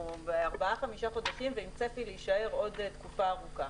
אנחנו כבר ארבעה-חמישה חודשים עם צפי להישאר עוד תקופה ארוכה.